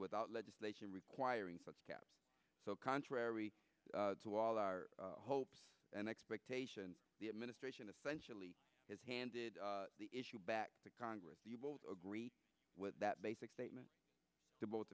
without legislation requiring footsteps so contrary to all our hopes and expectations the administration essentially has handed the issue back to congress do you both agree with that basic statement to both